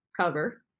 cover